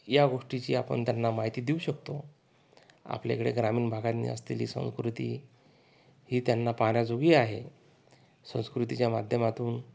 या गोष्टीची आपण त्यांना माहिती देऊ शकतो आपल्याकडे ग्रामीण भागांनी असतेली संस्कृती ही त्यांना पाहण्याजोगी आहे संस्कृतीच्या माध्यमातून